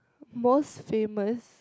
most famous